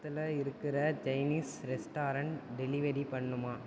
பக்கத்தில் இருக்கிற Chinese restaurant delivery பண்ணுமா